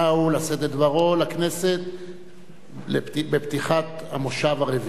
לשאת את דברו לכנסת בפתיחת המושב הרביעי.